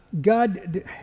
God